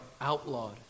outlawed